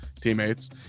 teammates